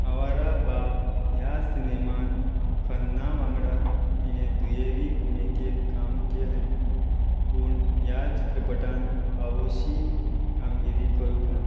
आवारा बाब ह्या सिनेमांत खन्ना वांगडा तिणें दुयेरी भुमिकेंत काम केलें पूण ह्या चित्रपटांत फावोशी कामगिरी करूंक ना